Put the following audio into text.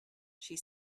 she